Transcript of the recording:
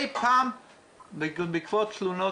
בעיניי,